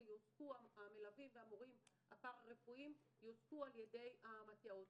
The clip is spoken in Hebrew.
אזורי) ויועסקו המלווים והמורים הפרה-רפואיים על ידי המתי"אות.